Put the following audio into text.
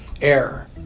air